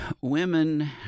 Women